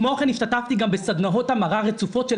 כמו כן השתתפתי גם בסדנאות המרה רצופות של